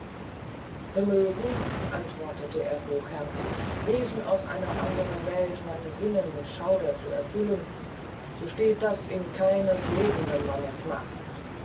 vermögen antwortete er hochherzig wesen aus einer andern welt meine sinnen mit schauder zu erfüllen so steht das in keines lebenden mannes macht